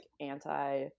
anti